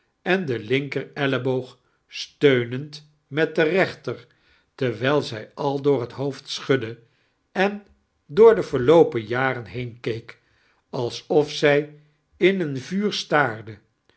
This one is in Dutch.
en den linker elleboog steunend met de rechter terwijl zij aldoor het hoofd sichudde en door de verioopen jaren heenkeek alsiof zij in een vuur staarde